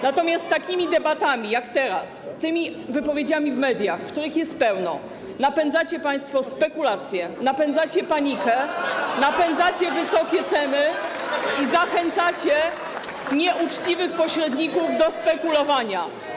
Natomiast takimi debatami jak teraz, tymi wypowiedziami w mediach, których jest pełno, napędzacie państwo spekulacje, napędzacie panikę (Poruszenie na sali, oklaski), napędzacie wysokie ceny i zachęcacie nieuczciwych pośredników do spekulowania.